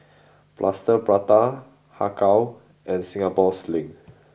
Plaster Prata Har Kow and Singapore Sling